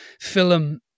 film